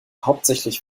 hauptsächlich